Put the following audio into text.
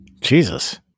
Jesus